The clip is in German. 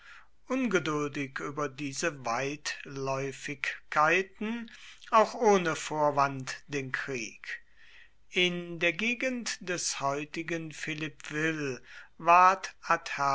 ungeduldig über diese weitläufigkeiten auch ohne vorwand den krieg in der gegend des heutigen philippeville ward